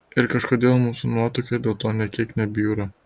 ir kažkodėl mūsų nuotaika dėl to nė kiek nebjūra